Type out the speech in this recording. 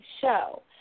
show